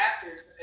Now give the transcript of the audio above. actors